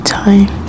time